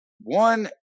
One